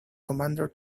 commander